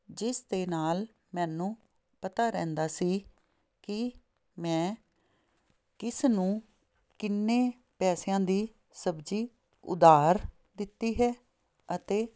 ਜਿਸ ਦੇ ਨਾਲ ਮੈਨੂੰ ਪਤਾ ਰਹਿੰਦਾ ਸੀ ਕਿ ਮੈਂ ਕਿਸ ਨੂੰ ਕਿੰਨੇ ਪੈਸਿਆਂ ਦੀ ਸਬਜ਼ੀ ਉਧਾਰ ਦਿੱਤੀ ਹੈ ਅਤੇ